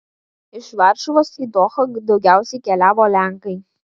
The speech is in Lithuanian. iš varšuvos į dohą daugiausiai keliavo lenkai